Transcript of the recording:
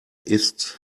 ist